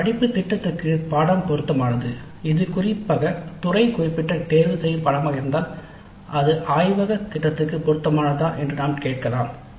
"படிப்பு திட்டத்திற்கு பாடநெறி பொருத்தமானது" இது குறிப்பாக துறை குறிப்பிட்ட தேர்வாக இருந்தால் அது ஆய்வுத் திட்டத்திற்கு பொருத்தமானதா என்று நாம் கேட்கலாம்